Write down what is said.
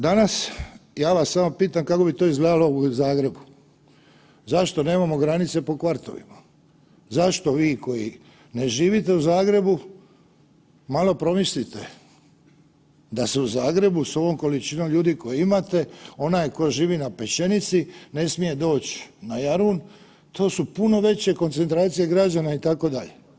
Danas, ja vas samo pitam kako bi to izgledalo u Zagrebu, zašto nemamo granice po kvartovima, zašto vi koji ne živite u Zagrebu, malo promislite, da se u Zagrebu s ovom količinom ljudi koju imate onaj koji živi na Pešćenici ne smije doći na Jarun, to su puno veće koncentracije građana itd.